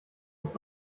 ist